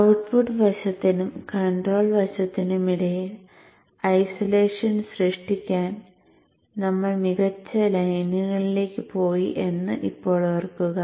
output വശത്തിനും control വശത്തിനും ഇടയിൽ ഐസൊലേഷൻ സൃഷ്ടിക്കാൻ നമ്മൾ മികച്ച ലൈനുകളിലേക്ക് പോയി എന്ന് ഇപ്പോൾ ഓർക്കുക